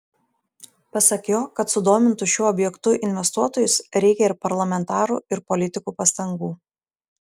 pasak jo kad sudomintų šiuo objektu investuotojus reikia ir parlamentarų ir politikų pastangų